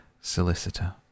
Solicitor